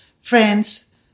friends